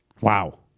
Wow